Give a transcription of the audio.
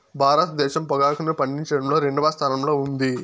భారతదేశం పొగాకును పండించడంలో రెండవ స్థానంలో ఉంది